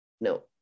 No